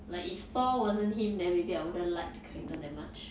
like if thor wasn't him then maybe I wouldn't like the character that much